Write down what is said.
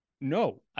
no